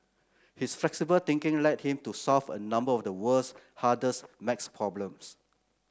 his flexible thinking led him to solve a number of the world's hardest maths problems